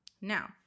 Now